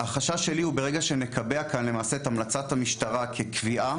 החשש שלי הוא שברגע שנקבע כאן למעשה את המלצת המשטרה כקביעה,